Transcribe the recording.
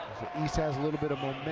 the east has a little bit of